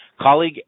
colleague